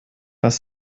was